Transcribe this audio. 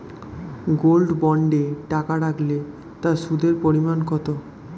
Gold বন্ডে টাকা রাখলে তা সুদের পরিমাণ কত?